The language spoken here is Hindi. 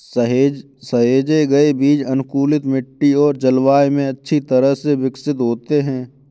सहेजे गए बीज अनुकूलित मिट्टी और जलवायु में अच्छी तरह से विकसित होते हैं